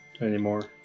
anymore